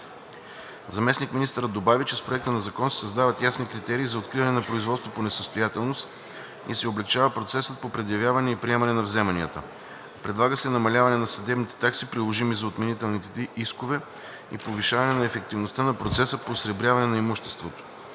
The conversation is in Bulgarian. Заместник-министърът добави, че с Проекта на закон се създават ясни критерии за откриване на производство по несъстоятелност и се облекчава процесът по предявяване и приемане на вземанията. Предлага се намаляване на съдебните такси, приложими за отменителните искове и повишаване на ефективността на процеса по осребряване на имуществото.